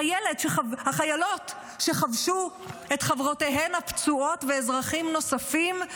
החיילות שחבשו את חברותיהן הפצועות ואזרחים נוספים,